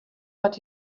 but